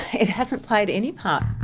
it hasn't played any part.